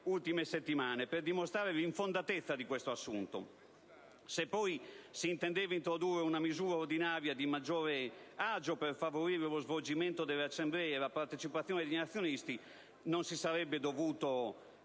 ultime settimane, per dimostrare l'infondatezza di questo assunto. Se poi si intendeva introdurre una misura ordinaria di maggiore agio per favorire lo svolgimento delle assemblee e la partecipazione degli azionisti, non si sarebbe dovuto